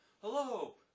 Hello